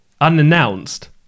unannounced